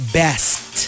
best